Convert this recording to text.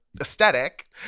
aesthetic